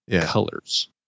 colors